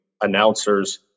announcers